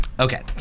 Okay